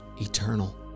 eternal